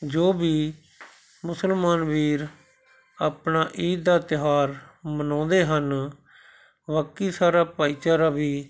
ਜੋ ਵੀ ਮੁਸਲਮਾਨ ਵੀਰ ਆਪਣਾ ਈਦ ਦਾ ਤਿਉਹਾਰ ਮਨਾਉਂਦੇ ਹਨ ਬਾਕੀ ਸਾਰਾ ਭਾਈਚਾਰਾ ਵੀ